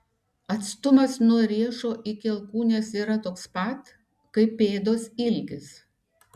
atstumas nuo riešo iki alkūnės yra toks pat kaip pėdos ilgis